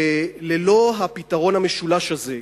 וללא הפתרון המשולש הזה,